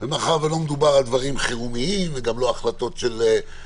ומאחר ולא מדובר על דברים שהם בחירום וגם לא על החלטות קבינט,